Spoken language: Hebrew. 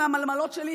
עם המלמלות שלי,